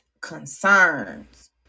concerns